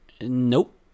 Nope